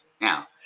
Now